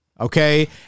Okay